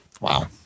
Wow